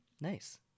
Nice